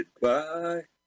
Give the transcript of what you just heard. Goodbye